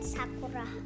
Sakura